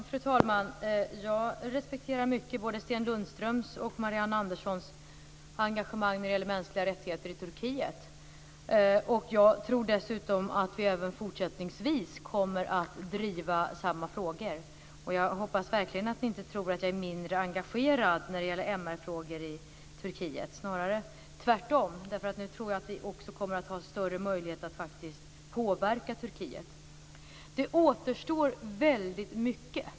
Fru talman! Jag respekterar mycket både Sten Lundströms och Marianne Anderssons engagemang för mänskliga rättigheter i Turkiet, och jag tror dessutom att vi även fortsättningsvis kommer att driva samma frågor. Jag hoppas verkligen att ni inte tror att jag är mindre engagerad när det gäller MR-frågor i Turkiet. Det är snarare tvärtom, eftersom jag tror att vi nu också kommer att ha större möjlighet att faktiskt påverka Turkiet. Det återstår väldigt mycket.